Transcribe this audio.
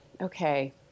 Okay